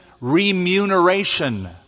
remuneration